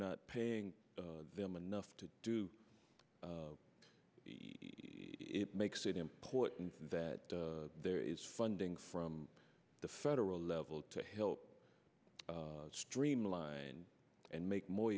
not paying them enough to do it makes it important that there is funding from the federal level to help streamline and make more